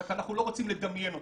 רק אנחנו לא רוצים לדמיין אותו.